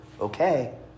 Okay